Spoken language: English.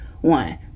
one